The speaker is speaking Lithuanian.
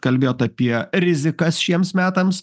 kalbėjot apie rizikas šiems metams